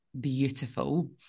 beautiful